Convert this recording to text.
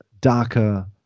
darker